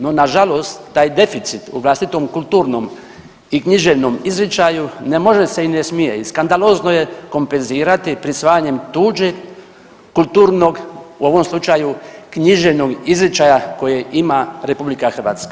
No, nažalost taj deficit u vlastitom kulturnom i književnom izričaju ne može se i ne smije, skandalozno je kompenzirati prisvajanjem tuđeg kulturnog, u ovom slučaju književnog izričaja kojeg ima RH.